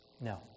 No